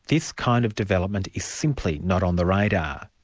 this kind of development is simply not on the radar.